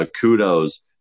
kudos